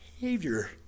behavior